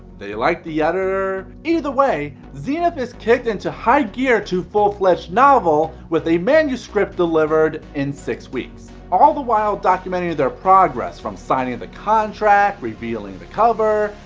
they liked the editor, either way zenith is kicked into high gear to full fledge novel with a manuscript delivered in six weeks. all the while, documenting their progress from signing the contract, revealing the cover,